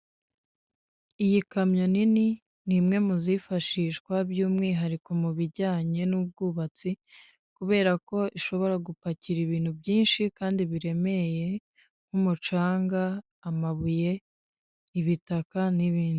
Iyi kamyo nini ni imwe mu zifashishwa by'umwihariko mu bijyanye n'ubwubatsi, kubera ko ishobora gupakira ibintu byinshi kandi biremeye; nk'umucanga, amabuye, ibitaka, n'ibindi.